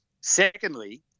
Secondly